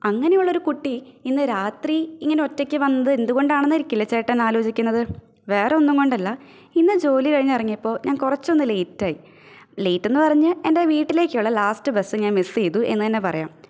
അങ്ങനെയുള്ളൊരു കുട്ടി ഇന്ന് രാത്രി ഇങ്ങനെ ഒറ്റക്ക് വന്നത് എന്തുകൊണ്ടാണെന്നായിരിക്കില്ലെ ചേട്ടന് ആലോചിക്കുന്നത് വേറൊന്നും കൊണ്ടല്ല ഇന്ന് ജോലി കഴിഞ്ഞെറങ്ങിയപ്പോൾ ഞാന് കുറച്ചൊന്ന് ലേറ്റായി ലേറ്റെന്ന് പറഞ്ഞ് എന്റെ വീട്ടിലേക്കുള്ള ലാസ്റ്റ് ബസ്സ് ഞാന് മിസ് ചെയ്തു എന്ന് തന്നെ പറയാം